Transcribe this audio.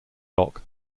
doc